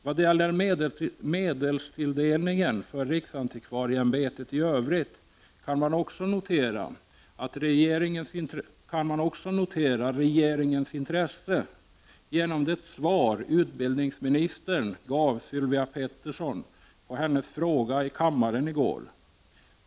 Beträffande medelstilldelningen till riksantikvarieämbetet i övrigt kan man notera regeringens intresse genom det svar utbildningsministern gav på Sylvia Petterssons fråga här i kammaren i går.